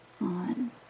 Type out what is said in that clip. on